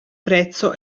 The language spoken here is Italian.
prezzo